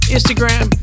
Instagram